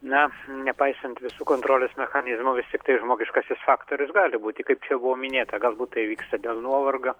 na nepaisant visų kontrolės mechanizmų vis tiktai žmogiškasis faktorius gali būti kaip čia buvo minėta galbūt tai vyksta dėl nuovargio